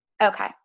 Okay